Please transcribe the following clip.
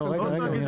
לא תאגידי מים.